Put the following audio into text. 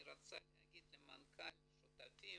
אני רוצה להגיד למנכ"ל, לשותפים,